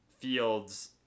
Fields